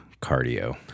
cardio